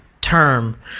term